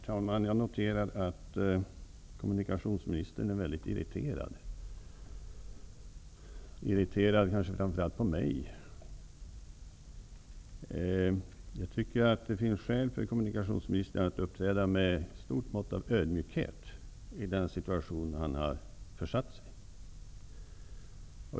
Herr talman! Jag noterar att kommunikationsministern är väldigt irriterad, kanske framför allt på mig. Jag tycker att det finns skäl för kommunikationsministern att uppträda med ett stort mått av ödmjukhet i denna situation som han har försatt sig i.